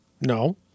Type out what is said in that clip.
No